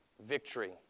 Victory